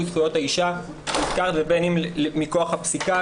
זכויות האישה מוזכר ובין אם מכוח הפסיקה.